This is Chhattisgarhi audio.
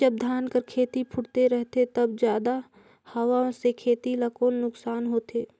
जब धान कर खेती फुटथे रहथे तब जादा हवा से खेती ला कौन नुकसान होथे?